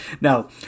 Now